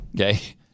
Okay